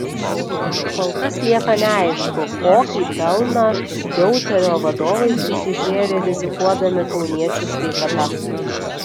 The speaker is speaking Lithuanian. kol kas lieka neaišku kokį pelną deuterio vadovai susižėrė rizikuodami kauniečių sveikata